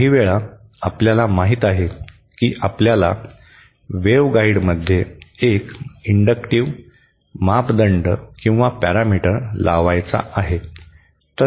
काहीवेळा आपल्याला माहिती आहे की आपल्याला वेव्हगाइडमध्ये एक इंडक्टिव्ह मापदंड लावायचा आहे